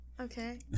Okay